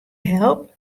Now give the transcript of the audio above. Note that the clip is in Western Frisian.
help